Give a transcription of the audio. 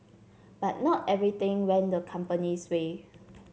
but not everything went the company's way